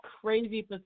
crazy